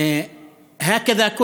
כך היית